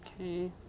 okay